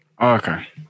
Okay